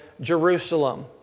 Jerusalem